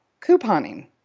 couponing